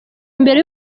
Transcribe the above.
imbere